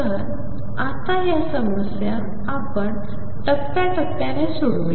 तर आता या समस्या आपण टप्प्या टप्प्याने सोडवू या